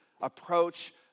approach